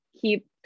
Keep